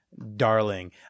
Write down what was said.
Darling